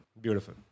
Beautiful